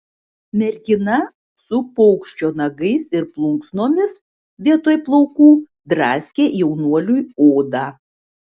mergina su paukščio nagais ir plunksnomis vietoj plaukų draskė jaunuoliui odą